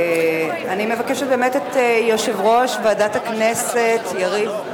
אני מבקשת, באמת, את יושב-ראש ועדת הכנסת, יריב,